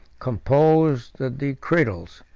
composed the decretals,